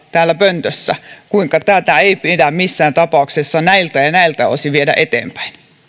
täällä pöntössä kertomassa kuinka tätä ei pidä missään tapauksessa näiltä ja näiltä osin viedä eteenpäin